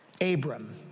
Abram